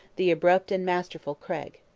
the abrupt and masterful craig.